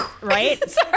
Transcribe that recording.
Right